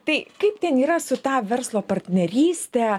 tai kaip ten yra su ta verslo partneryste